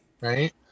right